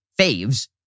faves